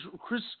Chris